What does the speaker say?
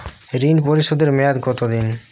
ঋণ পরিশোধের মেয়াদ কত দিন?